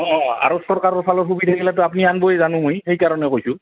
অঁ অঁ অঁ আৰু চৰকাৰৰ ফালৰ সুবিধাগিলােতো আপুনি আনিবই জানো মই সেইকাৰণে কৈছোঁ